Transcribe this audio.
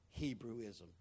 Hebrewism